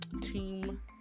team